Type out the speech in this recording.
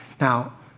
Now